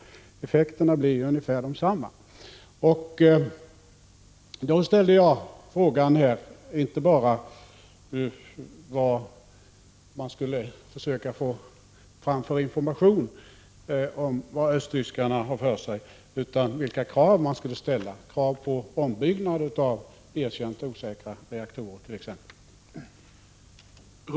Effekterna blir ungefär desamma. Jag ställde en fråga i detta sammanhang. Den gällde inte bara hur vi skall försöka få fram information om vad östtyskarna har för sig, utan också vilka krav som vi skall ställa, t.ex. på ombyggnad av erkänt osäkra reaktorer.